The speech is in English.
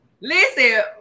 Listen